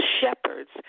shepherds